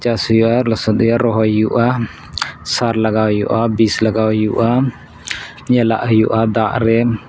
ᱪᱟᱥ ᱦᱩᱭᱩᱜᱼᱟ ᱞᱚᱥᱚᱫ ᱦᱩᱭᱩᱜᱼᱟ ᱨᱚᱦᱚᱭ ᱦᱩᱭᱩᱜᱼᱟ ᱥᱟᱨ ᱞᱟᱜᱟᱣ ᱦᱩᱭᱩᱜᱼᱟ ᱵᱤᱥ ᱞᱟᱜᱟᱣ ᱦᱩᱭᱩᱜᱼᱟ ᱧᱮᱞᱟᱜ ᱦᱩᱭᱩᱜᱼᱟ ᱫᱟᱜ ᱨᱮ